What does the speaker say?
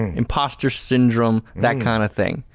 imposter syndrome, that kind of thing.